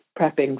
prepping